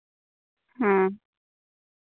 ᱦᱮᱸ